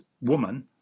woman